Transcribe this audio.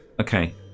Okay